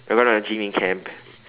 we're going to gym in camp